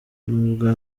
n’ubwa